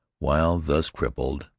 while thus crippled,